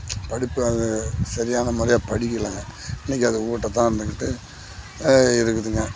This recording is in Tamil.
படிப்பு அது சரியான முறையா படிக்கலங்க இன்றைக்கி அது ஊட்ட தான் பண்ணிட்டு இருக்குதுங்க